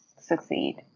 succeed